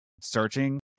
searching